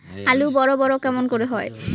আলু বড় বড় কেমন করে হয়?